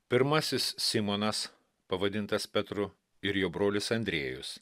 pirmasis simonas pavadintas petru ir jo brolis andrėjus